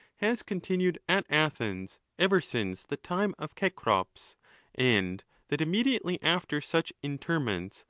has continued at athens ever since the time of cecrops and that immediately after such interments,